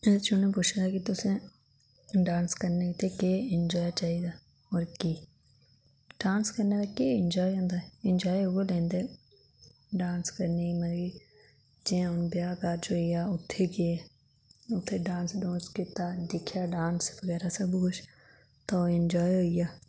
एह्दे च उनें पुच्छे दा कि तुसें डांस करने आस्तै केह् इंजॉय चाही दा डांस नै केह् इंजॉय होंदा इंजॉय उऐ लैंदे डांस करने गी मतलव जियां हून ब्याह् कारज होई गेई उत्थै गे उत्थै डांस डूंस कीता दिक्खेआ डांस बगैरा सब कुश तो ओह् इंजॉय होई गेआ